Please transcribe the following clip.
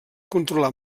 controlar